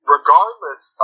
Regardless